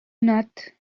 not